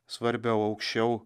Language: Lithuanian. svarbiau aukščiau